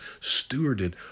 stewarded